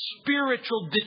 spiritual